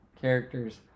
characters